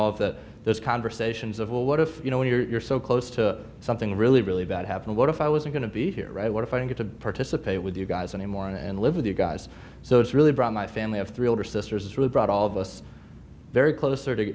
of that those conversations of well what if you know when you're so close to something really really bad happened what if i was going to be here right what if i don't get to participate with you guys anymore and live with you guys so it's really brought my family of three older sisters really brought all of us very close